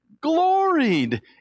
gloried